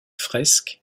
fresques